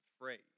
afraid